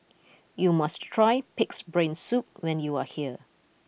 you must try Pig'S Brain Soup when you are here